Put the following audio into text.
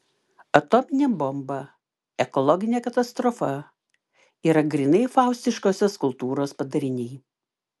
atominė bomba ekologinė katastrofa yra grynai faustiškosios kultūros padariniai